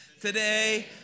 Today